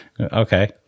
okay